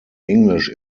english